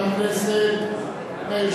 הכנסת מאיר